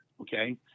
okay